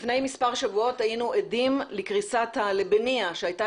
לפני מספר שבועות היינו עדים לקריסת הלבנייה שהייתה